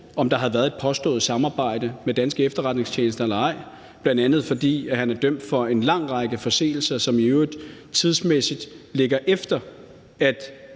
om der havde været et påstået samarbejde med danske efterretningstjenester eller ej, bl.a. fordi han er dømt for en lang række forseelser, som i øvrigt tidsmæssigt ligger, efter at